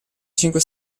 cinque